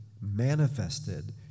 manifested